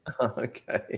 Okay